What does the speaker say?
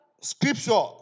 scripture